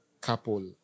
couple